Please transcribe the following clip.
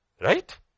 Right